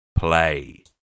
Play